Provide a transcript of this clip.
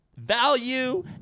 value